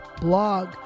blog